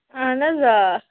اَہَن حظ آ